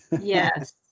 yes